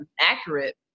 accurate